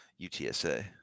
utsa